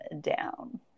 down